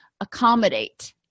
accommodate